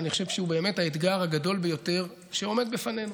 אני חושב שהוא באמת האתגר הגדול ביותר שעומד בפנינו,